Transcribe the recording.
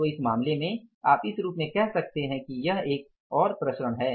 तो इस मामले में आप इसे इस रूप में कह सकते हैं कि यह एक और प्रसरण है